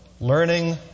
learning